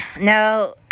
Now